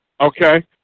okay